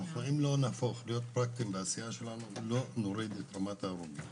אם לא נהפוך להיות פרקטיים בעשייה שלנו לא נוריד את רמת העבודה.